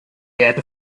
geehrte